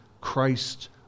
Christ